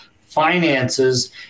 finances